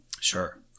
Sure